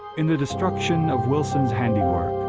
in the destruction of wilson's handiwork,